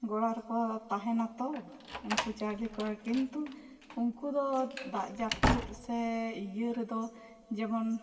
ᱜᱚᱲᱟ ᱨᱮᱠᱚ ᱛᱟᱦᱮᱱᱟ ᱛᱚ ᱩᱱᱠᱩ ᱪᱟᱭᱞᱮᱠᱩ ᱠᱤᱱᱛᱩ ᱩᱱᱠᱩ ᱫᱚ ᱫᱟᱜ ᱡᱟᱹᱯᱩᱫ ᱥᱮ ᱤᱭᱟᱹ ᱨᱮᱫᱚ ᱡᱮᱢᱚᱱ